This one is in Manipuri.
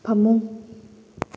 ꯐꯃꯨꯡ